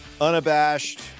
unabashed